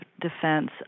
defense